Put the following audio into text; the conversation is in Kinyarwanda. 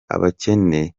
abakene